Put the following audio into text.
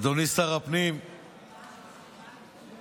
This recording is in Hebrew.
אדוני שר הפנים, משה,